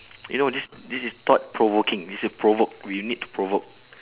you know this this is thought-provoking it's a provoke we need to provoke